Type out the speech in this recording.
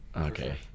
Okay